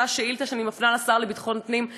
אותה שאילתה שאני מפנה לשר לביטחון פנים,